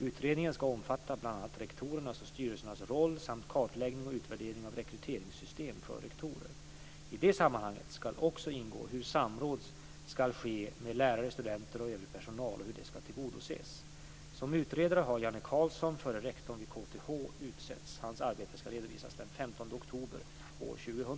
Utredningen ska omfatta bl.a. rektorernas och styrelsernas roller samt kartläggning och utvärdering av rekryteringssystem för rektorer. I det sammanhanget ska också ingå hur samråd med lärare, studenter och övrig personal ska tillgodoses. Som utredare har Janne Carlsson, förre rektorn vid KTH, utsetts. Hans arbete ska redovisas den 15 oktober 2000.